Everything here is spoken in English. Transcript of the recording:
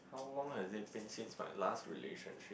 how long has it been since my last relationship